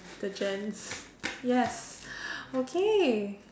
the gents yes okay